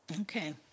okay